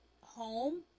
home